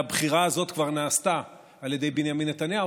שהרי הבחירה הזאת כבר נעשתה על ידי בנימין נתניהו,